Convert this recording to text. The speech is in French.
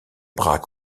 bras